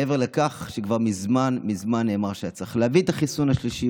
מעבר לכך שכבר מזמן מזמן נאמר שהיה צריך להביא את החיסון השלישי,